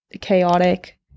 chaotic